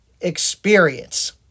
experience